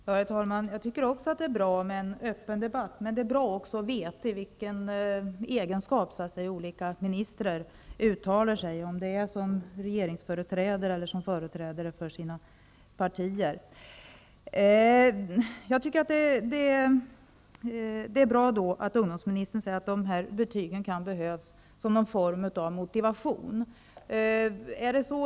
Herr talman! Det är bra med en öppen debatt, men det är också bra om man får veta i vilken egenskap olika ministrar uttalar sig, om det är som regeringsföreträdare eller som företrädare för sitt parti. Ungdomsministern säger att betygen behövs som någon form av motivation.